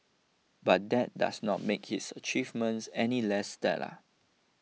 but that does not make his achievements any less stellar